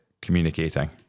communicating